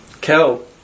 Kel